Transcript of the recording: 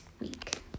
week